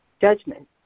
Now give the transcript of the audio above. judgment